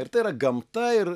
ir tai yra gamta ir